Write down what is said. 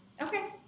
Okay